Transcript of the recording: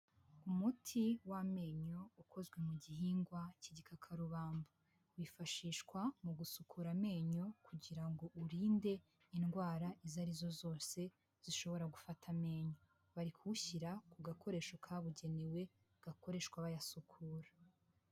Umuti w'amenyo ukozwe mu gihingwa cy'igika karubamba, wifashishwa mu gusukura amenyo kugira ngo urinde indwara izo arizo zose zishobora gufata amenyo, bari kuwushyira ku gakoresho kabugenewe gakoreshwa bayasukura.